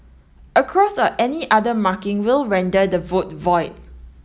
a cross or any other marking will render the vote void